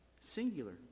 singular